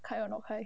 开 or not 开